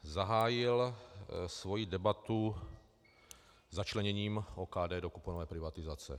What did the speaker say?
Zahájil svoji debatu začleněním OKD do kuponové privatizace.